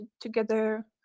together